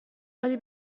ولی